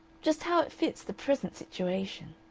just how it fits the present situation.